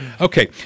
Okay